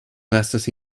glasses